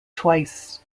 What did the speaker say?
twice